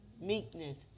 meekness